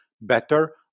better